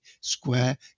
square